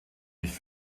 nicht